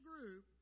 group